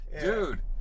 Dude